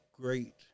great